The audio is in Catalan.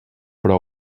però